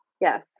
yes